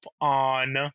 on